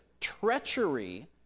treachery